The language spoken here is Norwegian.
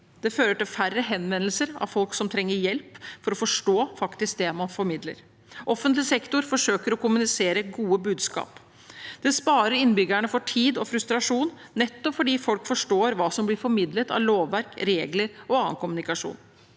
Det fører til færre henvendelser fra folk som trenger hjelp til å forstå det man faktisk formidler. Offentlig sektor forsøker å kommunisere gode budskap. Det sparer innbyggerne for tid og frustrasjon, nettopp fordi folk forstår hva som blir formidlet av lovverk, regler og annen kommunikasjon.